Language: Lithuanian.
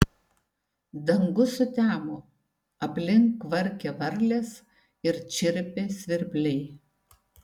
dangus sutemo aplink kvarkė varlės ir čirpė svirpliai